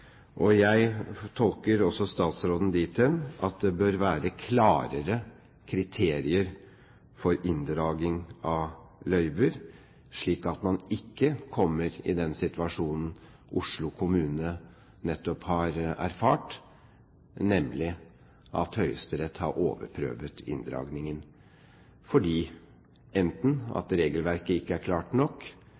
Jeg tolker også statsråden dit hen at det bør være klarere kriterier for inndragning av løyver, slik at man ikke kommer i den situasjonen som Oslo kommune nettopp har erfart, nemlig at Høyesterett har overprøvd inndragningen – enten fordi regelverket ikke var klart nok